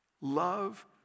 Love